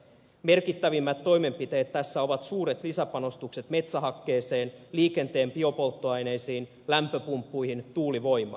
merkittävimmät toimenpiteet tässä ovat suuret lisäpanostukset metsähakkeeseen liikenteen biopolttoaineisiin lämpöpumppuihin tuulivoimaan